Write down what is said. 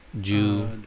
Jew